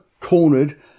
cornered